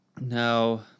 Now